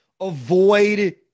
avoid